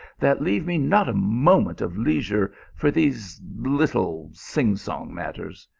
that leave me not a moment of leisure for these little sing-song matters.